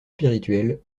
spirituel